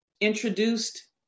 introduced